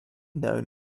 known